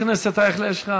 חבר הכנסת אייכלר,